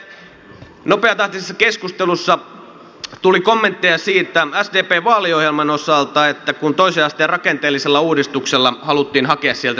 tässä nopeatahtisessa keskustelussa tuli kommentteja sdpn vaaliohjelman osalta siitä että toisen asteen rakenteellisella uudistuksella haluttiin hakea sieltä säästöjä